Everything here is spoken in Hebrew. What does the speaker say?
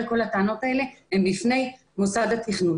כל הטענות האלה הוא בפני מוסד התכנון.